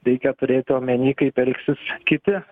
reikia turėti omeny kaip elgsis kiti